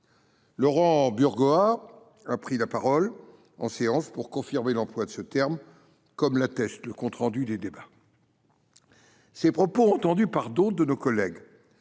Laurent Burgoa a pris la parole en séance pour confirmer l’emploi de ce terme, comme l’atteste le compte rendu des débats. Ces propos, qui ont été entendus par d’autres de nos collègues,